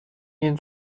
این